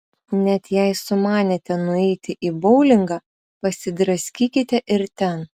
net jei sumanėte nueiti į boulingą pasidraskykite ir ten